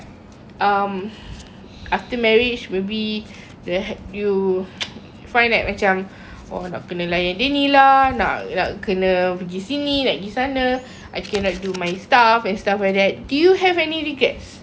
after marriage maybe you find like macam oh nak kena layan dia ni lah nak nak kena pergi sini nak pergi sana I cannot do my stuff and stuff like that do you have any regrets ah